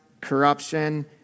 corruption